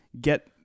get